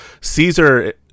caesar